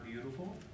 beautiful